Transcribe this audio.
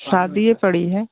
शादी पड़ी है